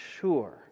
sure